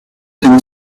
tego